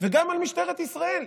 וגם על משטרת ישראל.